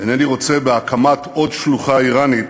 אינני רוצה בהקמת עוד שלוחה איראנית